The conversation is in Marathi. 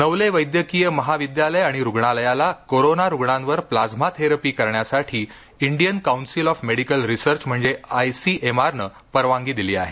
नवले वैद्यकीय महाविद्यालय आणि रुग्णालयाला कोरोना रुग्णांवर प्लाझ्मा थेरपी करण्यास इंडियन कौन्सिल ऑफ मेडिकल रिसर्चने म्हणजे आयसीएमआरनं परवानगी दिली आहे